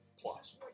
plus